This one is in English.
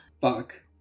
fuck